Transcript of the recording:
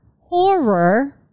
horror